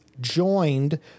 joined